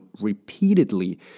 repeatedly